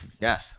Yes